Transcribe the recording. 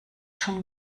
schon